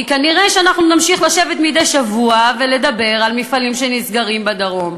כי כנראה אנחנו נמשיך לשבת מדי שבוע ולדבר על מפעלים שנסגרים בדרום.